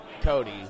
Cody